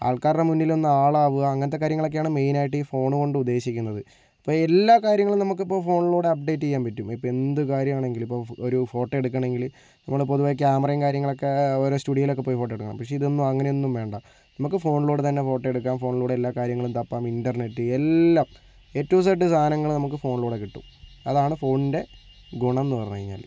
ആൾക്കാരുടെ മുന്നിൽ ഒന്ന് ആളാവുക അങ്ങനത്തെ കാര്യങ്ങളൊക്കെയാണ് മെയ്നായിട്ട് ഈ ഫോൺ കൊണ്ട് ഉദ്ദേശിക്കുന്നത് ഇപ്പോൾ എല്ലാ കാര്യങ്ങളും നമുക്കിപ്പോൾ ഫോണിലൂടെ അപ്ഡേറ്റ് ചെയ്യാൻ പറ്റും ഇപ്പോൾ എന്ത് കാര്യമാണെങ്കിലും ഇപ്പോൾ ഒരു ഫോട്ടോ എടുക്കണമെങ്കില് നമ്മള് പൊതുവെ ക്യാമറയും കാര്യങ്ങളൊക്കെ ഓരോ സ്റ്റുഡിയോയിലൊക്കെ പോയി ഫോട്ടോ എടുക്കണം പക്ഷെ ഇതൊന്നും അങ്ങനെ ഒന്നും വേണ്ട നമുക്ക് ഫോണിലൂടെ തന്നെ ഫോട്ടോ എടുക്കാം ഫോണിലൂടെ എല്ലാ കാര്യങ്ങളും തപ്പാം ഇന്റർനെറ്റ് എല്ലാം എ ടു ഇസഡ് സാധനങ്ങള് നമുക്ക് ഫോണിലൂടെ കിട്ടും അതാണ് ഫോണിൻ്റെ ഗുണമെന്ന് പറഞ്ഞ് കഴിഞ്ഞാല്